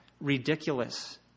ridiculous